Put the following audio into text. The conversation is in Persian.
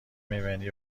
میبینی